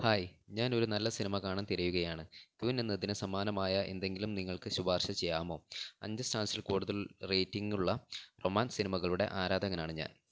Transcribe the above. hi ഞാൻ ഒരു നല്ല സിനിമ കാണാൻ തിരയുകയാണ് ക്വീൻ എന്നതിന് സമാനമായ എന്തെങ്കിലും നിങ്ങൾക്ക് ശുപാർശ ചെയ്യാമോ അഞ്ച് സ്റ്റാർസിൽ കൂടുതൽ റേറ്റിംങ്ങുള്ള റൊമാൻസ് സിനിമകളുടെ ആരാധകനാണ് ഞാൻ